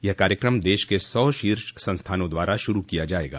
यह कार्यकम देश के सौ शीर्ष संस्थानों द्वारा शुरू किया जायेगा